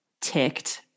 ticked